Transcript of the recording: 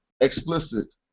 explicit